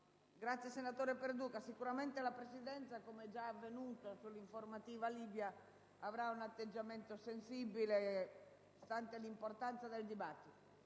nuova finestra"). Sicuramente la Presidenza, come è già avvenuto sull'informativa Libia, avrà un atteggiamento sensibile, stante l'importanza del dibattito.